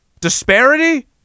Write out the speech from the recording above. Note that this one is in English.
disparity